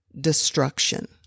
destruction